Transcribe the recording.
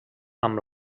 amb